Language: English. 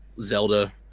Zelda